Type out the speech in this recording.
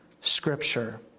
scripture